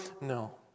No